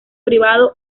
privado